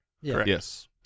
Yes